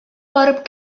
барып